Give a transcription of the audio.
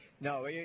No